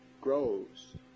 grows